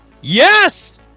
Yes